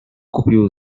kupił